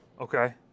okay